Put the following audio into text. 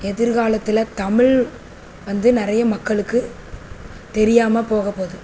எதிர்க்காலத்தில் தமிழ் வந்து நிறைய மக்களுக்கு தெரியாமல் போகப்போகுது